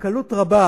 בקלות רבה